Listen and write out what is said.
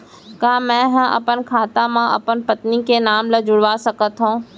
का मैं ह अपन खाता म अपन पत्नी के नाम ला जुड़वा सकथव?